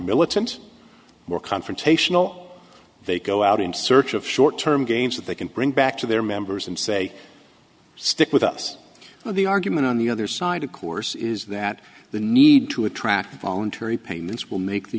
militant more confrontational they go out in search of short term gains that they can bring back to their members and say stick with us the argument on the other side of course is that the need to attract voluntary payments will make the